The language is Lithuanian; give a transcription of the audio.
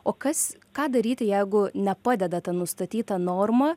o kas ką daryti jeigu nepadeda ta nustatyta norma